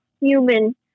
human